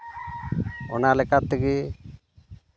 ᱚᱱᱟ ᱞᱮᱠᱟᱛᱮᱜᱮ